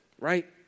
Right